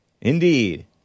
Indeed